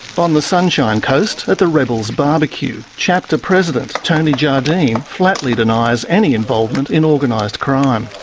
on the sunshine coast, at the rebels barbecue, chapter president tony jardine flatly denies any involvement in organised crime.